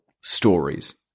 stories